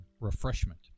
refreshment